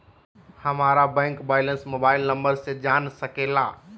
हमारा bank balance mobile number से जान सके ला?